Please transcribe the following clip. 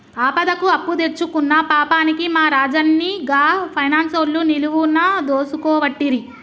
ఆపదకు అప్పుదెచ్చుకున్న పాపానికి మా రాజన్ని గా పైనాన్సోళ్లు నిలువున దోసుకోవట్టిరి